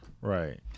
right